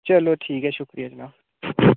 चलो ठीक ऐ शुक्रिया जनाब